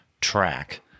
track